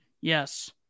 yes